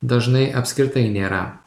dažnai apskritai nėra